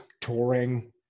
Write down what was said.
touring